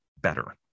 better